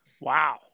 Wow